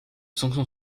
sanction